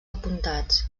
apuntats